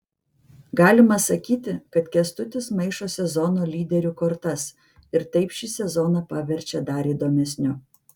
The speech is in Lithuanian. galima sakyti kad kęstutis maišo sezono lyderių kortas ir taip šį sezoną paverčia dar įdomesniu